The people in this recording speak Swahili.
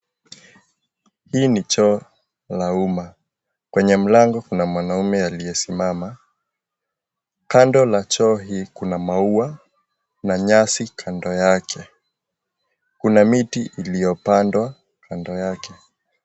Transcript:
Hii ni choo la uma kwenye mlango kuna mwanume alie simama. Kando ya choo hii kuna maua na nyasi nyuma yake. Kuna miti ilio pandwa kando yake.